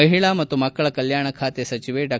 ಮಹಿಳಾ ಮತ್ತು ಮಕ್ಕಳ ಕಲ್ಕಾಣ ಖಾತೆ ಸಚಿವೆ ಡಾ